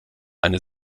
eine